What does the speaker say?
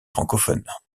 francophones